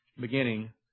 beginning